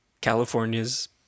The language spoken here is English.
California's